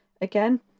again